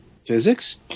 physics